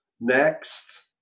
next